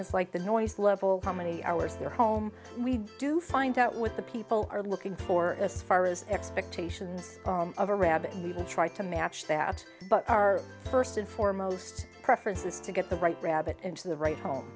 is like the noise level how many hours their home we do find out what the people are looking for as far as expectations of a rabbit try to match that but our first and foremost preference is to get the right rabbit into the right home